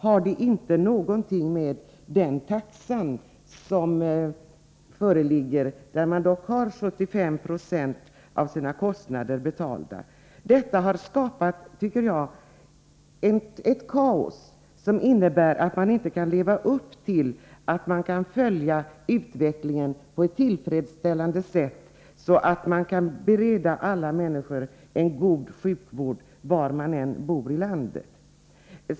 Har det inte någonting med taxan att göra, då man får 75 96 av sina kostnader betalda? De här förhållandena har, enligt min mening, skapat ett sådant kaos att man inte kan följa utvecklingen på ett tillfredsställande sätt och bereda alla människor en god sjukvård, oavsett var de bor i landet.